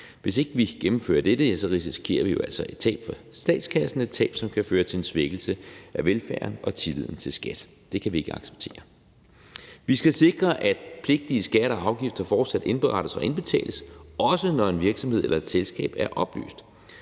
Hvis ikke vi gennemfører det, risikerer vi jo altså et tab for statskassen, et tab, som kan føre til en svækkelse af velfærden og tilliden til skattemyndighederne. Det kan vi ikke acceptere. Vi skal sikre, at pligtige skatter og afgifter fortsat indberettes og indbetales, også når en virksomhed eller et selskab er opløst.